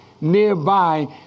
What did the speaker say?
nearby